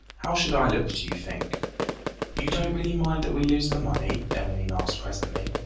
how should i look, do you think you don't really mind that we lose the money emmeline asked presently.